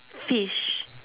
fish